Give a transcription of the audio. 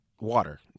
water